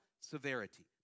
severity